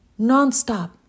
nonstop